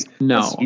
no